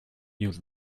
you